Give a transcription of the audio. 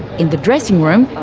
in the dressing room,